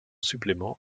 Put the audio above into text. suppléments